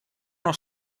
uno